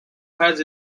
has